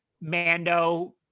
Mando